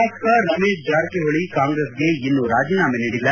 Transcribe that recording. ಶಾಸಕ ರಮೇಶ ಜಾರಕಿಹೊಳಿ ಕಾಂಗ್ರೆಸ್ಗೆ ಇನ್ನೂ ರಾಜೀನಾಮೆ ನೀಡಿಲ್ಲ